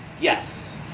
yes